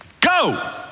Go